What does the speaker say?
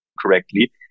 correctly